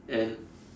and